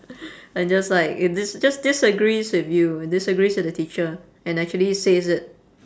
and just like dis~ just disagrees with you disagrees with the teacher and actually says it